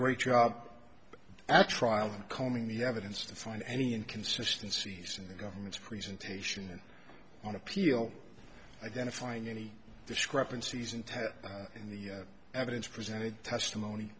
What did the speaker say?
great job at trial combing the evidence to find any inconsistency sing the government's presentation on appeal identifying any discrepancies and have in the evidence presented testimony